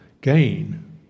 gain